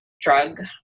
drug